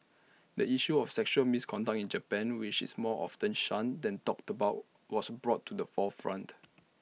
the issue of sexual misconduct in Japan which is more often shunned than talked about was brought to the forefront